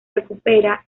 recupera